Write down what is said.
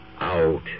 Out